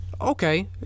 okay